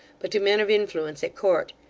but to men of influence at court,